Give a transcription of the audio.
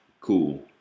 Cool